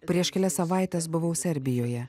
prieš kelias savaites buvau serbijoje